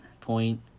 point